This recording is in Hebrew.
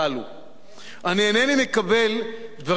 אני אינני מקבל דברים שנאמרו כאן,